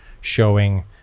showing